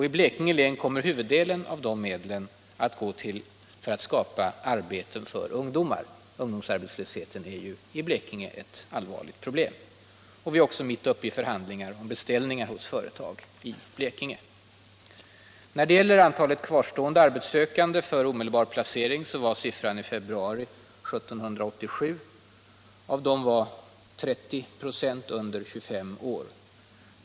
I Blekinge län kommer huvuddelen av de medlen att gå till att skapa arbete för ungdomar. Ungdomsarbetslösheten är ju ett allvarligt problem i Blekinge. Dessutom är vi nu mitt uppe i förhandlingar om beställningar hos företag i Blekinge. Antalet kvarstående arbetssökande för omedelbar placering vari februari 1787. Av dem var 30 96 under 25 år.